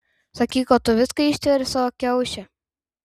sakyk o tu viską ištveri savo kiauše